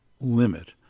limit